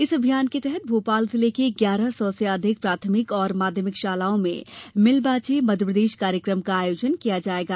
इस अभियान के तहत भोपाल जिले के ग्यारह सौ से अधिक प्राथमिक और माध्यमिक शालाओं में मिलबांचे मध्यप्रदेश कार्यकम का आयोजन किया जायेगा